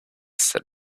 said